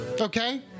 Okay